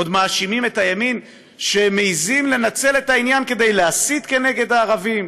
ועוד מאשימים את הימין שהם מעזים לנצל את העניין כדי להסית כנגד הערבים,